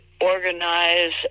organize